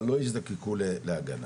אבל לא יזדקקו להגנה.